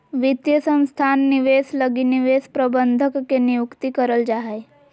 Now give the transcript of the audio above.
वित्तीय संस्थान निवेश लगी निवेश प्रबंधक के नियुक्ति करल जा हय